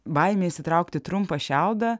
baimė išsitraukti trumpą šiaudą